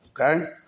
Okay